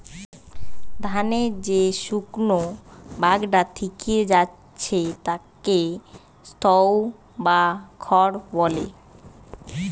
ধানের যে শুকনো ভাগটা থিকে যাচ্ছে তাকে স্ত্রও বা খড় বলে